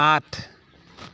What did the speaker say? আঠ